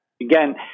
Again